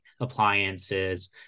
appliances